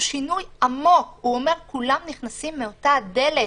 הוא שינוי עמוק שאומר שכולם נכנסים מאותה דלת.